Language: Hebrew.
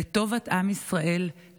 לטובת עם ישראל,